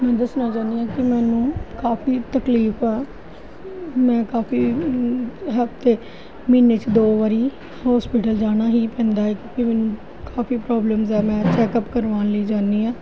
ਮੈਂ ਦੱਸਣਾ ਚਾਹੁੰਦੀ ਹਾਂ ਕਿ ਮੈਨੂੰ ਕਾਫੀ ਤਕਲੀਫ਼ ਆ ਮੈਂ ਕਾਫੀ ਹਫ਼ਤੇ ਮਹੀਨੇ 'ਚ ਦੋ ਵਾਰ ਹੋਸਪਿਟਲ ਜਾਣਾ ਹੀ ਪੈਂਦਾ ਹੈ ਕਿਉਂਕਿ ਮੈਨੂੰ ਕਾਫੀ ਪ੍ਰੋਬਲਮ ਆ ਮੈਂ ਚੈਕਅਪ ਕਰਵਾਉਣ ਲਈ ਜਾਂਦੀ ਹਾਂ